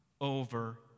over